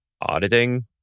auditing